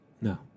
No